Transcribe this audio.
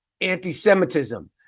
anti-Semitism